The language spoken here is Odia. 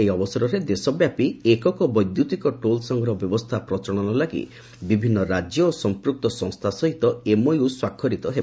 ଏହି ଅବସରରେ ଦେଶବ୍ୟାପୀ ଏକକ ବୈଦ୍ୟୁତିକ ଟୋଲ୍ ସଂଗ୍ରହ ବ୍ୟବସ୍ଥା ପ୍ରଚଳନ ଲାଗି ବିଭିନ୍ନ ରାଜ୍ୟ ଓ ସଂପୂକ୍ତ ସଂସ୍ଥା ସହିତ ଏମଓୟୁ ସ୍ୱାକ୍ଷରିତ ହେବ